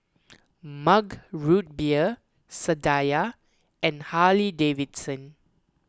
Mug Root Beer Sadia and Harley Davidson